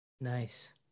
Nice